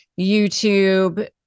YouTube